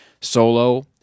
Solo